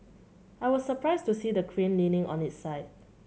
I was surprised to see the crane leaning on its side